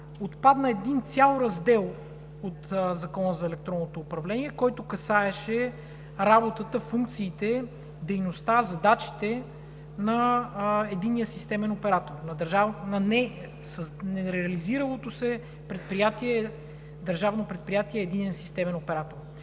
отпадна един цял раздел от Закона за електронното управление, който касаеше работата, функциите, дейността, задачите на единния системен оператор, на нереализиралото се Държавно предприятие „Единен системен оператор“.